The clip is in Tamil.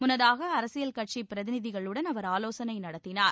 முன்னதாக அரசியல் கட்சி பிரதிநிதிகளுடன் அவர் ஆவோசனை நடத்தினார்